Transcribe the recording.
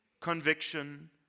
conviction